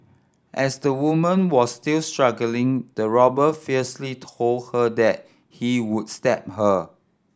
as the woman was still struggling the robber fiercely told her that he would stab her